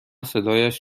صدایش